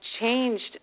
changed